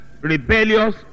rebellious